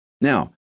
Now